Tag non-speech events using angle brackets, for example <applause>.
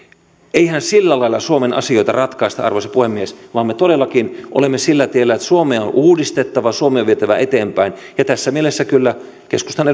eihän sillä lailla suomen asioita ratkaista arvoisa puhemies vaan me todellakin olemme sillä tiellä että suomea on uudistettava suomea on vietävä eteenpäin tässä mielessä kyllä keskustan <unintelligible>